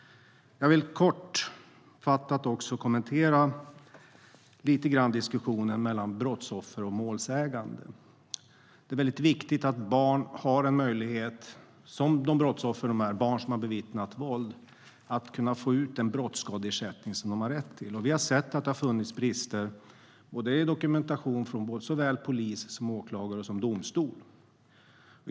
Jag vill kortfattat också kommentera diskussionen mellan brottsoffer och målsägande. Det är viktigt att barn som har bevittnat våld har en möjlighet som de brottsoffer de är att få ut den brottsskadeersättning som de har rätt till. Vi har sett att det har funnits brister i dokumentation från såväl polis som åklagare och domstol.